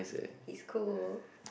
it's cool